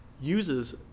uses